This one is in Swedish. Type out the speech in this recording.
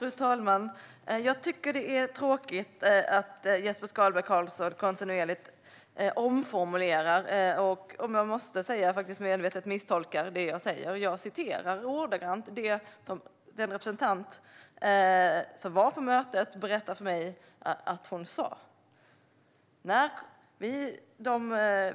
Fru talman! Jag tycker att det är tråkigt att Jesper Skalberg Karlsson kontinuerligt omformulerar och, måste jag säga, medvetet misstolkar det som jag säger. Jag redogjorde ordagrant för vad den representant som var på mötet berättade för mig att hon sa.